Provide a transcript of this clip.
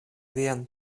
vian